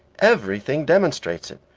everything demonstrates it.